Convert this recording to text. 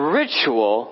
ritual